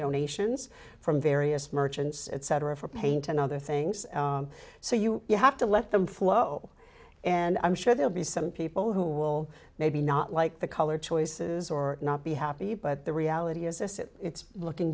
donations from various merchants etc for paint and other things so you you have to let them flow and i'm sure there'll be some people who will maybe not like the color choices or not be happy but the reality is this it's looking